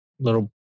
little